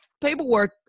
paperwork